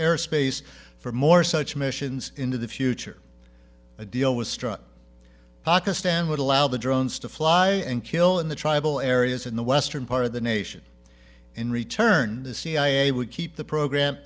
air space for more such missions into the future a deal was struck pakistan would allow the drones to fly and kill in the tribal areas in the western part of the nation in return the cia would keep the program